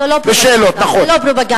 זה לא פרופגנדה.